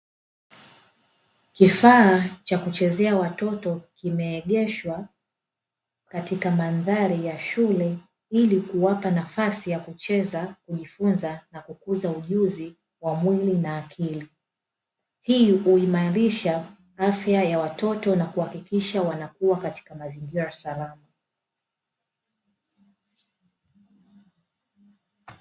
Kifaa cha kuchezea watoto, kimeegeshwa katika mandhari ya shule ili kuwapa nafasi ya kucheza, kujifunza na kukuza ujuzi wa mwili na akili. Hii huimarisha afya ya watoto na kuhakikisha wanakua katika mazingira salama.